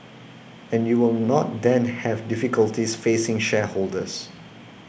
and you will not then have difficulties facing shareholders